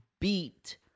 beat